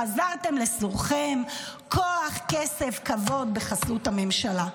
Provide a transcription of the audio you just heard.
חזרתם לסורכם, כוח, כסף, כבוד בחסות הממשלה.